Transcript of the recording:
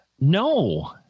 no